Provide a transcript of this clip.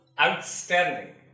Outstanding